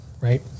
right